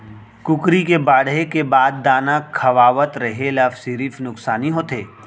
कुकरी के बाड़हे के बाद दाना खवावत रेहे ल सिरिफ नुकसानी होथे